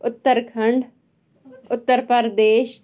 Uttarakhand Uttar Pradesh